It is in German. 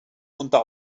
unter